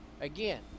Again